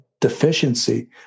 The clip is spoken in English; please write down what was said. deficiency